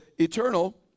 eternal